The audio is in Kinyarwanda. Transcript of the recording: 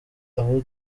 aho